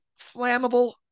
flammable